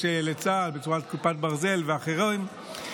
לצה"ל בצורת כיפת ברזל ודברים אחרים,